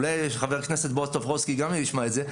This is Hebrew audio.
אולי חבר הכנסת בועז טופורובסקי גם ישמע את זה,